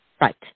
Right